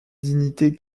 dignité